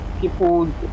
people